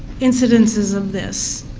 incidences of this.